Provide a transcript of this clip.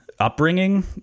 upbringing